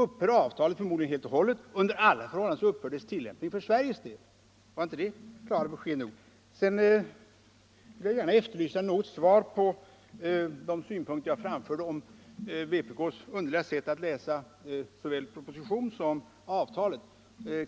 upphör avtalet förmodligen helt och hållet, och under alla förhållanden upphör dess tillämpning för Sveriges del. Var inte det klara besked nog? Slutligen efterlyser jag ett svar på de synpunkter som jag framförde om vpk:s underliga sätt att läsa såväl propositionen som avtalet.